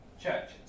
churches